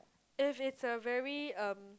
if it's a very um